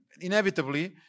inevitably